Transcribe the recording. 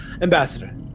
Ambassador